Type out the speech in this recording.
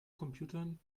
computern